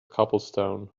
cobblestone